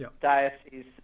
diocese